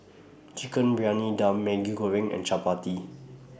Chicken Briyani Dum Maggi Goreng and Chappati